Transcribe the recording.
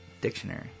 dictionary